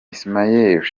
ismaël